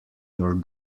your